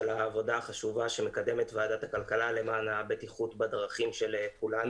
על העבודה החשובה שמקדמת ועדת הכלכלה למען הבטיחות בדרכים של כולנו.